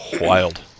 wild